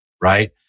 right